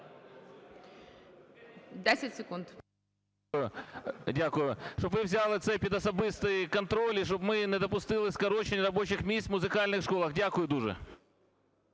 Дякую.